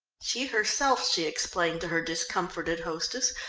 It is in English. she, herself, she explained to her discomforted hostess,